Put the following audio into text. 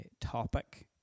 topic